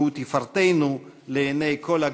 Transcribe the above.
והוא תפארתנו לעיני כל הגויים".